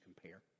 compare